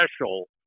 special